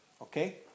Okay